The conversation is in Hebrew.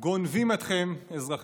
המקודמת על ידי